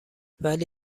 ولی